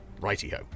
Righty-ho